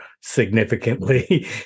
significantly